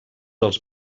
els